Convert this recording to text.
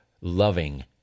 loving